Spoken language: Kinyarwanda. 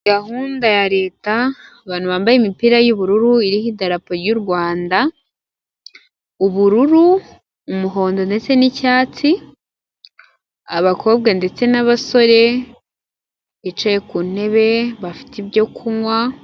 Gahunda ya leta abantu bambaye imipira y'ubururu iridarapo y'u Rwanda, ubururu, umuhondo, ndetse n'icyatsi, abakobwa ndetse n'abasore bicaye ku ntebe bafite ibyo kunywa.